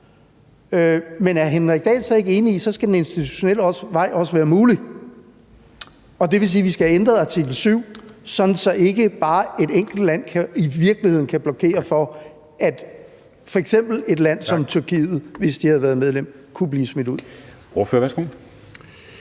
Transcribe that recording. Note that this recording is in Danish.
Men er hr. Henrik Dahl ikke enig i, at så skal den institutionelle vej også være mulig, og at det vil sige, at vi så skal have ændret artikel 7, sådan at et enkelt land i virkeligheden ikke kan blokere for, at f.eks. et land som Tyrkiet, hvis de havde være medlem, kunne blive smidt ud?